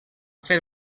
fer